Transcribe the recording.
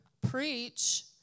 preach